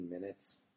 minutes